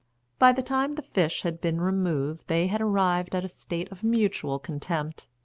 by the time the fish had been removed they had arrived at a state of mutual contempt.